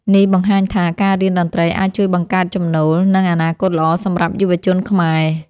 នេះបង្ហាញថា ការរៀនតន្ត្រីអាចជួយបង្កើតចំណូល និងអនាគតល្អសម្រាប់យុវជនខ្មែរ។